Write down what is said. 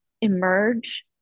emerge